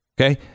okay